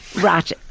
Right